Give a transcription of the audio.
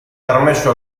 permesso